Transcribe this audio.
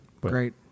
Great